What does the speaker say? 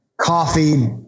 Coffee